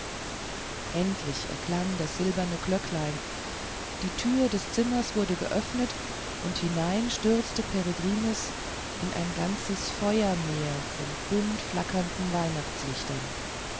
endlich erklang das silberne glöcklein die türe des zimmers wurde geöffnet und hinein stürzte peregrinus in ein ganzes feuermeer von bunt flackernden weihnachtslichtern